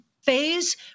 Phase